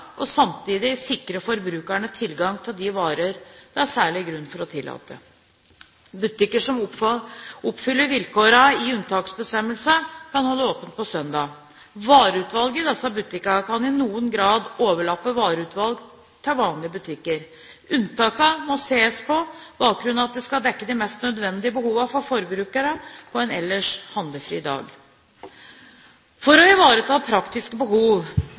og samtidig sikre forbrukernes tilgang til de varer det er særlige grunner til å tillate. Butikker som oppfyller vilkårene i unntaksbestemmelsene, kan holde åpent på søndager. Vareutvalget i disse butikkene kan i noen grad overlappe vareutvalget i vanlige butikker. Unntakene må ses på bakgrunn av at de skal dekke de viktigste behovene for forbrukerne på en ellers handlefri dag. For å ivareta praktiske behov